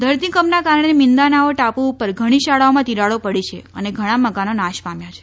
ધરતીકંપના કારણે મિંદાનાઓ ટાપુ ઉપર ઘણી શાળાઓમાં તિરાડો પડી છે અને ઘણા મકાનો નાશ પામ્યા છે